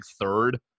third